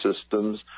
systems